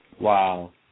Wow